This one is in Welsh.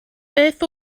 beth